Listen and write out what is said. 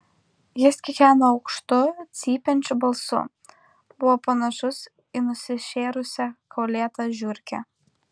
jis kikeno aukštu cypiančiu balsu buvo panašus į nusišėrusią kaulėtą žiurkę